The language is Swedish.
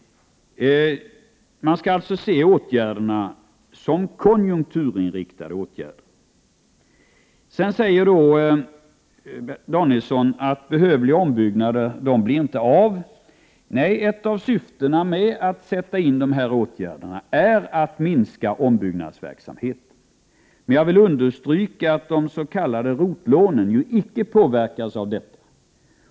Man skall alltså se åtgärderna som konjunkturinriktade. Bertil Danielsson säger att behövliga ombyggnader inte blir av. Nej, ett av syftena med att sätta in de här åtgärderna är att minska ombyggnadsverksamheten. Jag vill understryka att de s.k. ROT-lånen icke påverkas av detta.